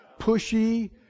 pushy